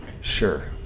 Sure